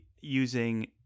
using